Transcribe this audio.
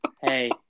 Hey